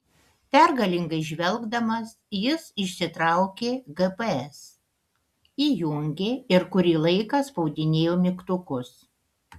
pergalingai žvelgdamas jis išsitraukė gps įjungė ir kurį laiką spaudinėjo mygtukus